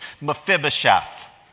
Mephibosheth